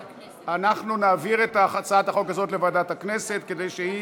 אנחנו נעביר את הצעת החוק הזאת לוועדת הכנסת כדי שהיא